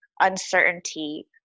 uncertainty